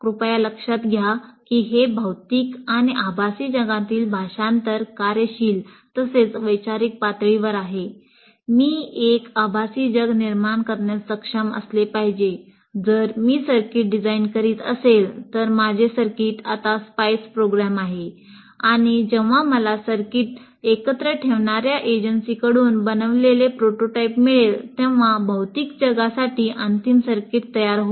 कृपया लक्षात घ्या की हे भौतिक आणि आभासी जगांमधील भाषांतर कार्यशील तसेच वैचारिक पातळीवर आहे मी एक आभासी जग निर्माण करण्यास सक्षम असले पाहिजे जर मी सर्किट डिझाइन करीत असेल तर माझे सर्किट आता स्पाइस प्रोग्राम आहे आणि जेव्हा मला सर्किट एकत्र ठेवणार्या एजन्सीकडून बनविलेले प्रोटोटाइप मिळेल तेव्हा भौतिक जगासाठी अंतिम सर्किट तयार होईल